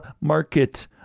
market